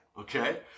okay